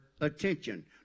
attention